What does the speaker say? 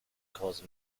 cause